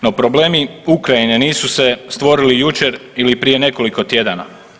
No, problemi Ukrajine nisu se stvorili jučer ili prije nekoliko tjedana.